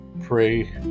pray